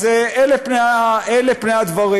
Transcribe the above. אז אלה פני הדברים.